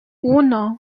uno